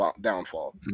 downfall